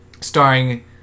starring